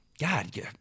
god